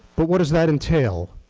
but what does that entail?